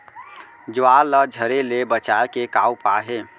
ज्वार ला झरे ले बचाए के का उपाय हे?